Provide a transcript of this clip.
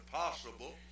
possible